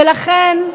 ולכן,